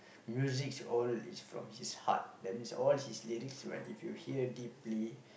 musics all is from his heart that means all his lyrics when if you hear deeply